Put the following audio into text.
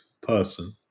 person